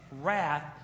wrath